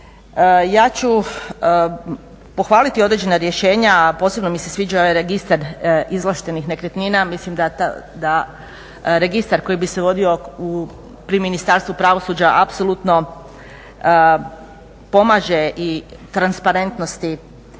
Ja ću pohvaliti određena rješenja a posebno mi se sviđa ovaj registar izvlaštenih nekretnina. Mislim da registar koji bi se vodio pri Ministarstvu pravosuđa apsolutno pomaže i transparentnosti